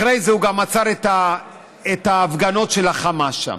אחרי זה הוא גם עצר את ההפגנות של החמאס שם.